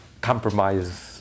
compromise